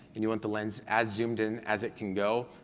and you want the lens as zoomed in as it can go,